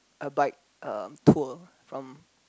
a bike um tour from